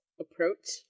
approach